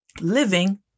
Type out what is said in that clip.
living